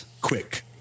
quick